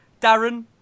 Darren